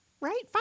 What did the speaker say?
right